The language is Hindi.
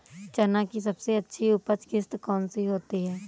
चना की सबसे अच्छी उपज किश्त कौन सी होती है?